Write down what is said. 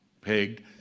pegged